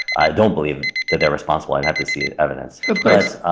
i don't believe that they're responsible. i'd have to see evidence. of course.